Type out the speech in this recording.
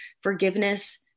forgiveness